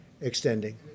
extending